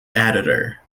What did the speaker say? editor